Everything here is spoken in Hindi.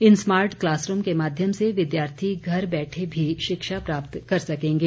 इन स्मार्ट क्लासरूम के माध्यम से विद्यार्थी घर बैठे भी शिक्षा प्राप्त कर सकेंगे